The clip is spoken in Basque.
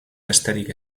besterik